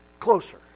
Closer